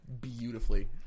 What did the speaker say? beautifully